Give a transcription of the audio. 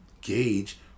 gauge